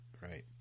right